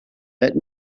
let